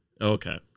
Okay